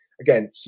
again